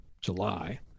July